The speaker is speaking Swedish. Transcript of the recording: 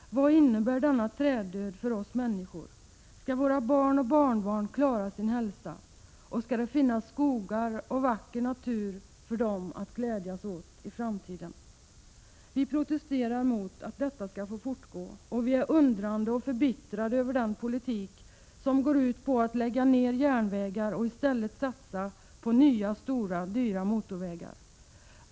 Vad innebär denna träddöd för oss människor? Ska våra barn och barnbarn klara sin hälsa? Och ska det finnas skogar och djur och vacker natur för dem att glädjas åt i framtiden? Vi protesterar mot att detta ska få fortgå, och vi är undrande och förbittrade över den politik som går ut på att lägga ned järnvägar och istället satsa på nya stora dyra motorvägar.